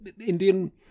Indian